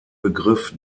begriff